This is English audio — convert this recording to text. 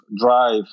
drive